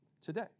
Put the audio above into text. today